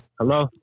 Hello